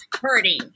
hurting